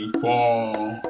fall